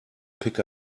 pick